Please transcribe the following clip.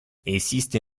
esiste